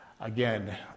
again